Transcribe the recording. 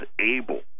able